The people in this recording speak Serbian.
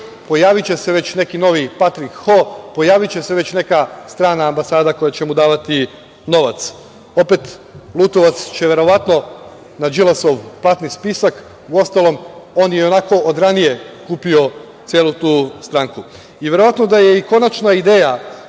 Pojaviće se već neki novi Patrik Ho. Pojaviće se već neka strana ambasada koja će mu davati novac. Opet, Lutovac će verovatno na Đilasov platni spisak. Uostalom, on je i onako od ranije kupio celu tu stranku i verovatno da je i konačna ideja